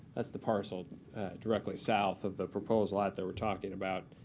that's the parcel directly south of the proposed lot that we're talking about.